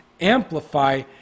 amplify